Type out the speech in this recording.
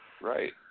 Right